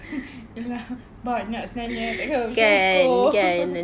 ya lah banyak sebenarnya tak akan tak bersyukur